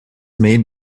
made